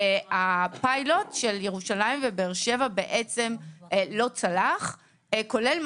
הפיילוט של ירושלים ובאר שבע לא צלח; כולל,